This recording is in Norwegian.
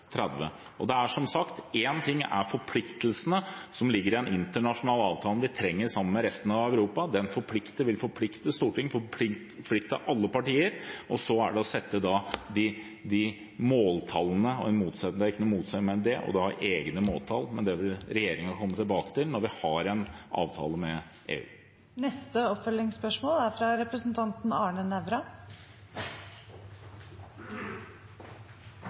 Som sagt: Én ting er forpliktelsene som ligger i den internasjonale avtalen vi trenger sammen med resten av Europa – den vil forplikte Stortinget, forplikte alle partier – og så er det å sette de måltallene. Det er ingen motsetning mellom det og å ha egne måltall, men dette vil regjeringen komme tilbake til når vi har en avtale med EU. Arne Nævra – til oppfølgingsspørsmål. Det er